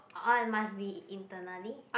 orh it must be internally